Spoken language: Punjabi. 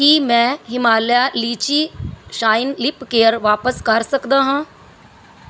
ਕੀ ਮੈਂ Himalaya lychee shine lip care ਵਾਪਸ ਕਰ ਸਕਦਾ ਹਾਂ